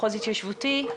מחוז התיישבותי.